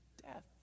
death